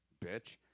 bitch